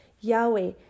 Yahweh